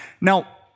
now